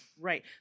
Right